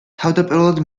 თავდაპირველად